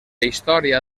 història